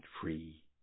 free